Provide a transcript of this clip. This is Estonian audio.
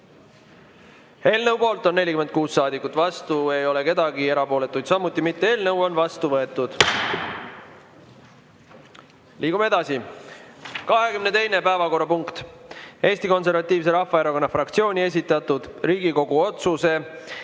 Eelnõu poolt on 46 saadikut, vastu keegi ei ole, erapooletu samuti mitte. Eelnõu on otsusena vastu võetud. Liigume edasi. 22. päevakorrapunkt on Eesti Konservatiivse Rahvaerakonna fraktsiooni esitatud Riigikogu otsuse